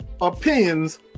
opinions